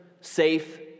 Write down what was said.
safe